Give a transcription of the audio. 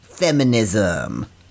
feminism